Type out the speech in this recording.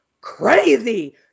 crazy